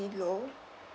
low